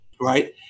right